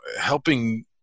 helping